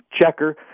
checker